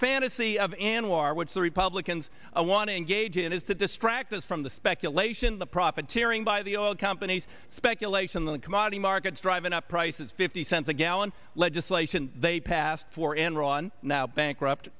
fantasy of anwar which the republicans want to engage in is to distract us from the speculation the profiteering by the oil companies speculation the commodity markets driving up prices fifty cents a gallon legislation they passed for enron now bankrupt